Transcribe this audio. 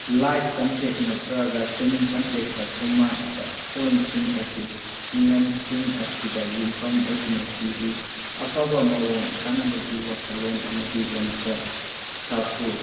light contact ꯅꯠꯇ꯭ꯔꯒ ꯁꯦꯃꯤ contact ꯀꯨꯃꯥꯏꯠꯇ ꯄꯣꯏꯟꯁꯤꯡ ꯑꯁꯤ ꯅꯤꯌꯝꯁꯤꯡ ꯑꯁꯤꯗ ꯌꯨꯝꯐꯝ ꯑꯣꯏꯗꯨꯅ ꯄꯤꯔꯤ ꯑꯐꯕ ꯃꯑꯣꯡ ꯁꯥꯟꯅꯕꯒꯤ ꯋꯥꯈꯜꯂꯣꯟ ꯑꯃꯗꯤ ꯂꯝꯆꯠ ꯁꯥꯐꯨ